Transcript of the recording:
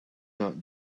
not